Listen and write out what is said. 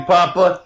Papa